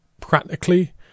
practically